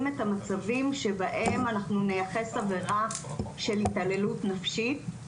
את המצבים שבהם אנחנו נייחס עבירה של התעללות נפשית.